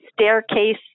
staircase